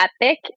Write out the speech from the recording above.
epic